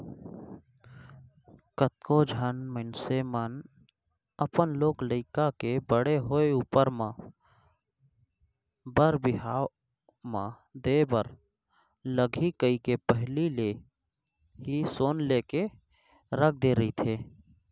कतको झन मनसे मन अपन लोग लइका के बड़े होय ऊपर म बर बिहाव म देय बर लगही कहिके पहिली ले ही सोना लेके रख दे रहिथे